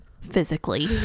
physically